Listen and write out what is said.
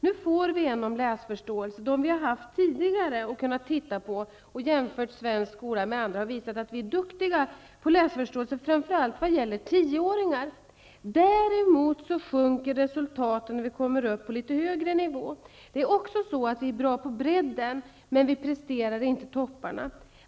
Nu får vi en om läsförståelse. De vi har kunnat titta på tidigare för att jämföra svensk skola med andra skolor, har visat att vi är duktiga på läsförståelse framför allt vad gäller tioåringar. Däremot sjunker resultaten när vi kommer upp på litet högre nivå. Vi är också bra på bredden, men vi presterar inte topparna.